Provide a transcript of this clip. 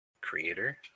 creator